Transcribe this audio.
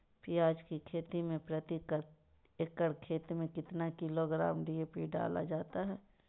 प्याज की खेती में प्रति एकड़ खेत में कितना किलोग्राम डी.ए.पी डाला जाता है?